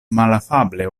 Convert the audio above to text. malafable